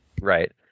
Right